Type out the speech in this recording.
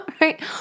right